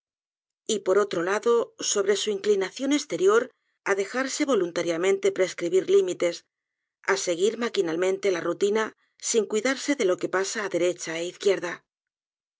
y por otro lado sobre su inclinación esterior á dejarse voluntariamente prescribir límites á seguir maquinalmente la rutina sin cuidarse de lo que pasa á derecha é izquierda